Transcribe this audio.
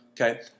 Okay